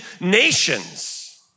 nations